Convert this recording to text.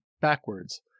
backwards